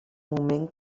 moment